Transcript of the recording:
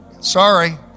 Sorry